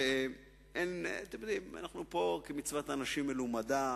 שאנחנו פה, כמצוות אנשים מלומדה,